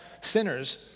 sinners